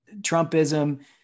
Trumpism